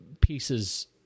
pieces